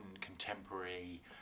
contemporary